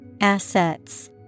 Assets